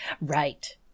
Right